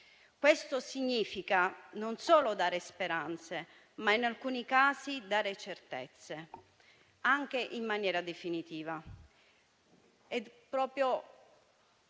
Questo significa non solo dare speranze, ma in alcuni casi dare certezze anche in maniera definitiva.